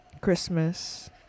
Christmas